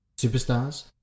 Superstars